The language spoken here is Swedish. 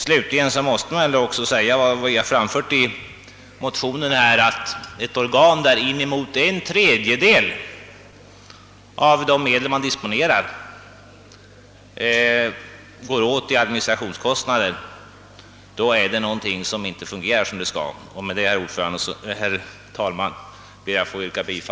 Jag vill också understryka vad vi framhållit i motionen, nämligen att det måste vara något som inte fungerar som det skall då en tredjedel av de medel som disponeras går åt i administrationskostnader. Med detta ber jag, herr talman, att få